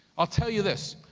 i'll tell you this.